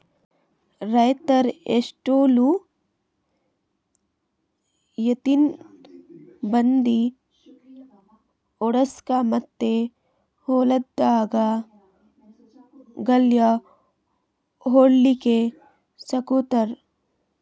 ರೈತರ್ ಎತ್ತ್ಗೊಳು ಎತ್ತಿನ್ ಬಂಡಿ ಓಡ್ಸುಕಾ ಮತ್ತ್ ಹೊಲ್ದಾಗ್ ಗಳ್ಯಾ ಹೊಡ್ಲಿಕ್ ಸಾಕೋತಾರ್